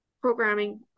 programming